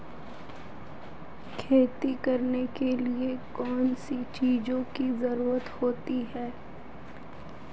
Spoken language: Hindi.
खेती करने के लिए कौनसी चीज़ों की ज़रूरत होती हैं?